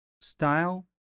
style